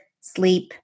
sleep